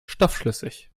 stoffschlüssig